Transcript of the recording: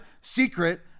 secret